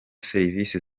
serivisi